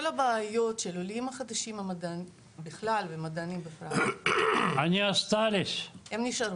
הבעיות של העולים החדשים ומדענים בכלל הם נשארו.